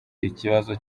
ikibazo